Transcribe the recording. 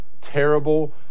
terrible